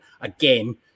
again